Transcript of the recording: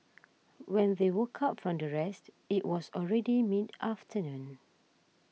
when they woke up from their rest it was already mid afternoon